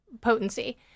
potency